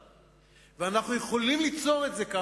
ואנחנו יכולים ליצור את זה כאן,